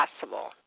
possible